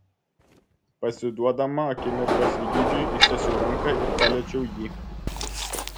pasiduodama akimirkos įgeidžiui ištiesiau ranką ir paliečiau jį